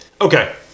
Okay